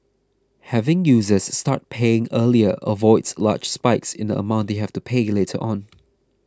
having users start paying earlier avoids large spikes in the amount they have to pay later on